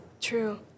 True